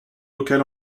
local